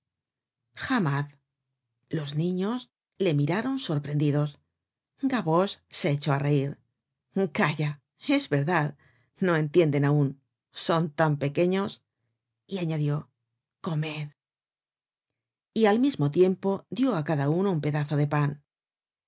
los niños le miraron sorprendidos gavroche se echó á reir calla es verdad no entienden aun son tan pequeños y añadió comed y al mismo tiempo dió á cada uno un pedazo de pan y